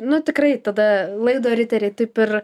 nu tikrai tada laido riteriai taip ir